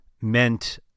meant